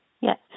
yes